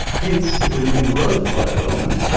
hence, if we mean growth by development,